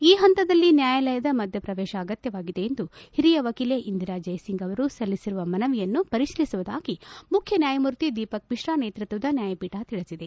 ಈ ಹಂತದಲ್ಲಿ ನ್ಯಾಯಾಲಯದ ಮಧ್ಯಪ್ರವೇಶ ಅಗತ್ಯವಾಗಿದೆ ಎಂದು ಹಿರಿಯ ವಕೀಲೆ ಇಂದಿರಾ ಜೈಸಿಂಗ್ ಅವರು ಸಲ್ಲಿಸಿರುವ ಮನವಿಯನ್ನು ಪರಿಶೀಲಿಸುವುದಾಗಿ ಮುಖ್ಯ ನ್ಯಾಯಮೂರ್ತಿ ದೀಪಕ್ ಮಿತ್ರ ನೇತೃತ್ವದ ನ್ಯಾಯಪೀಠ ತಿಳಿಸಿದೆ